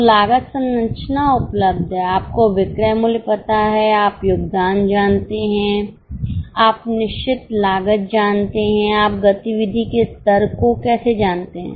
तो लागत संरचना उपलब्ध है आपको विक्रय मूल्य पता है आप योगदान जानते हैं आप निश्चित लागत जानते हैं आप गतिविधि के स्तर को कैसे जानते हैं